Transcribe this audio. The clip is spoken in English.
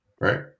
Right